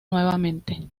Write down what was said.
nuevamente